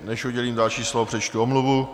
Než udělím další slovo, přečtu omluvu.